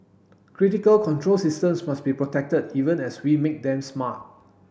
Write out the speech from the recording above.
critical control systems must be protected even as we make them smart